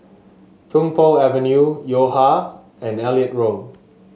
Tung Po Avenue Yo Ha and Elliot Road